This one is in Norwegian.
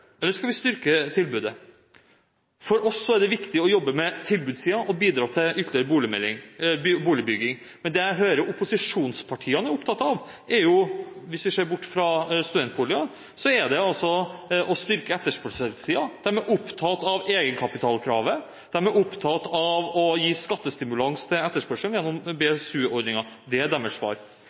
eller skal vi styrke tilbudet? For oss er det viktig å jobbe med tilbudssiden og bidra til ytterligere boligbygging. Det jeg hører opposisjonspartiene er opptatt av – hvis vi ser bort fra studentboliger – er å styrke etterspørselssiden. De er opptatt av egenkapitalkravet, og de er opptatt av å gi skattestimulans til etterspørselen gjennom BSU-ordningen – det er deres svar.